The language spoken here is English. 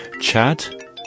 Chad